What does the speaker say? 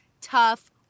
tough